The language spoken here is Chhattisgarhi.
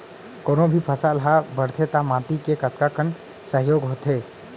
कोनो भी फसल हा बड़थे ता माटी के कतका कन सहयोग होथे?